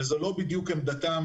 וזו לא בדיוק עמדתם,